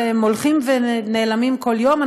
והם הולכים ונעלמים בכל יום,